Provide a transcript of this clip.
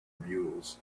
mules